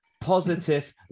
positive